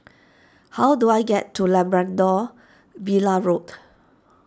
how do I get to Labrador Villa Road